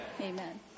Amen